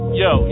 yo